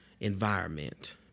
environment